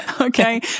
Okay